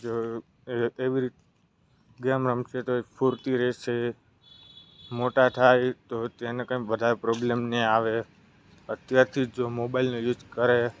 જો એ એવી રીતે ગેમ રમશે તો એ સ્ફૂર્તિ રહેશે મોટા થાય તો તેને કંઈ વધારે પ્રોબ્લેમ નહીં આવે અત્યારથી જો મોબાઈલનો યુઝ કરે